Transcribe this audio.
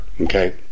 Okay